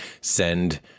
send